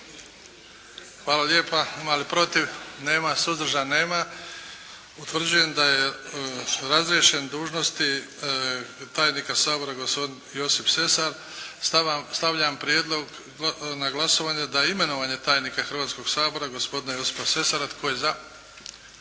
Hvala lijepa. Ima li protiv? Nema. Suzdržan? Nema. Utvrđujem da je razriješen dužnosti tajnika Sabora gospodin Josip Sesar. Stavljam prijedlog na glasovanje, imenovanje tajnika Hrvatskoga sabora gospodina Josipa Sesar. Tko je za?